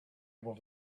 able